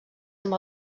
amb